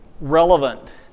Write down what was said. relevant